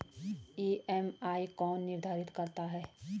EMI कौन निर्धारित करता है?